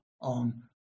on